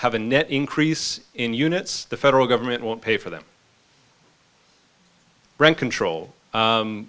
have a net increase in units the federal government won't pay for them rent control in